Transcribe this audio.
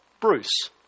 Bruce